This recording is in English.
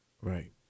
Right